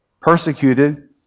Persecuted